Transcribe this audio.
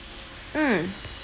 mm